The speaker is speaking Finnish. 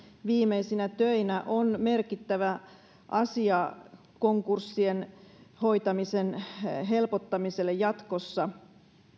viimeisinä töinä on merkittävä asia konkurssien hoitamisen helpottamisessa jatkossa